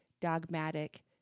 dogmatic